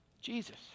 Jesus